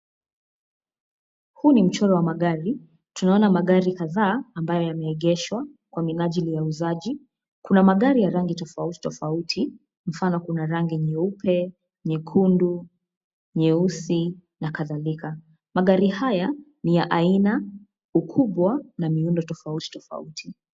Huu ni mchoro wa magari tunaona magari kadhaa amabayo yameegeshwa kwa menajili ya uuzaji. Kuna magari ya rangi tofauti tofauti, mfano kuna rangi nyeupe, nyekundu, nyeusi na kadhalika. Magari haya ni ya aina, ukubwa na miundo, tofauti tofauti.